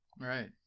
right